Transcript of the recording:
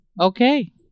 Okay